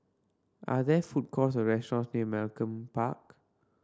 are there food courts or restaurants near Malcolm Park